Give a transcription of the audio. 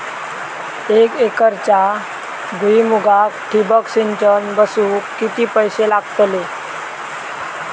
एक एकरच्या भुईमुगाक ठिबक सिंचन बसवूक किती पैशे लागतले?